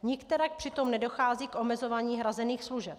Nikterak přitom nedochází k omezování hrazených služeb.